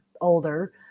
older